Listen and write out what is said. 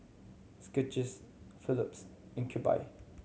Skechers Phillips and Cube I